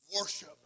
worship